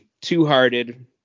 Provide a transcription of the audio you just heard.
two-hearted